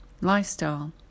lifestyle